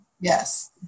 Yes